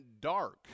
dark